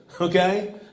Okay